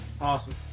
Awesome